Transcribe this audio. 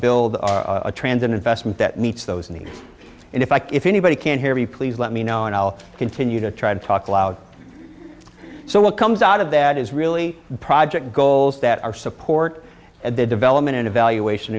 build a transit investment that meets those needs in effect if anybody can hear me please let me know and i'll continue to try to talk loud so what comes out of that is really project goals that are support at the development and evaluation